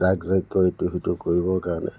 যাগ যজ্ঞ ইটো সিটো কৰিবৰ কাৰণে